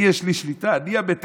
אני, יש לי שליטה, אני המתכנן,